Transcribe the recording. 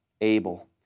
Abel